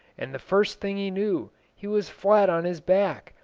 and the first thing he knew he was flat on his back,